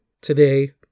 today